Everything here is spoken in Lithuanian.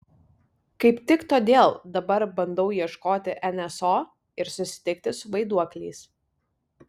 kaip tik todėl dabar bandau ieškoti nso ir susitikti su vaiduokliais